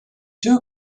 two